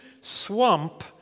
swamp